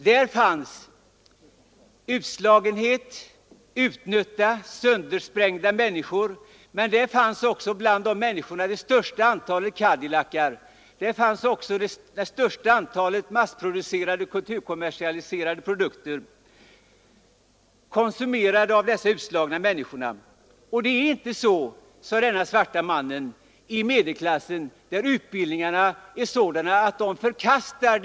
Där fanns utslagenhet, utnötta, söndersprängda människor, men där fanns också bland dessa människor det största antalet Cadillacbilar, det största antalet massproducerade kulturkommersialiserade produkter, konsumerade av dessa utslagna människor. Med sin utbildningsbakgrund förkastar medelklassen dessa utbud av kulturkommersialismen och lever ett annorlunda och rikare liv än man gör i Harlem.